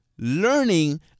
learning